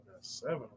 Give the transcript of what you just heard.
seven